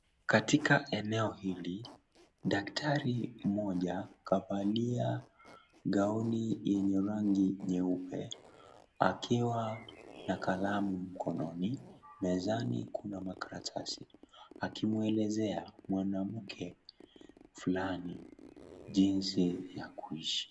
Katika eneo hili. Daktari mmoja kavalia gauni tenye rangi nyeupe, akiwa na kalamu mkononi. Mezani kuna makaratasi. Akimuelezea mwanamke fulani jinsi ya kuishi.